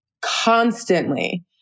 constantly